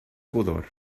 pudor